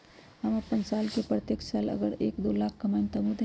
हम अपन साल के प्रत्येक साल मे अगर एक, दो लाख न कमाये तवु देम?